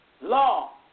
law